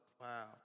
wow